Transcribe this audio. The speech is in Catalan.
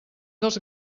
dels